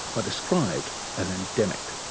are described as endemic.